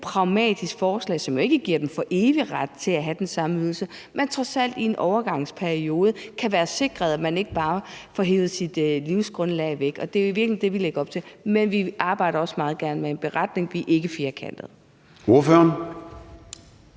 et lille, pragmatisk forslag, som jo ikke giver dem ret til for evigt at have den samme ydelse, men at de trods alt i en overgangsperiode kan være sikret, at de ikke bare får hevet deres livsgrundlag væk. Det er jo i virkeligheden det, vi lægger op til. Men vi arbejder også meget gerne med en beretning. Vi er ikke firkantede.